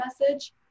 message